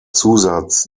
zusatz